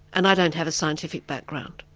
and i don't have a scientific background.